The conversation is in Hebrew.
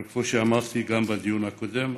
אבל כמו שאמרתי גם בדיון הקודם,